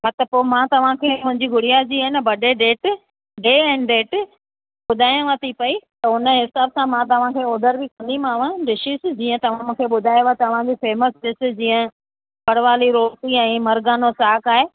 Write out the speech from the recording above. न त पोइ मां तव्हांखे मुंहिंजी गुड़िया जी ए न बडे डेट डे एंड डेट ॿुधायांव थी पई त उनजे हिसाब सां मां तव्हांखे ऑडर बि कंदीमाव डिशिस जीअं तव्हां मूंखे ॿुधायव तव्हांजी फ़ेमस डिश जीअं पड़वाली रोटी ऐं मर्घानो साकु आहे